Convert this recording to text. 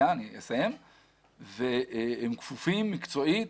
הם כפופים מקצועית